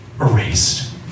erased